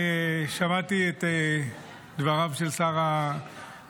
אני שמעתי את דבריו של שר העבודה.